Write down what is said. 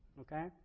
Okay